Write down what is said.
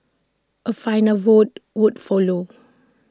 A final vote would follow